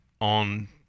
on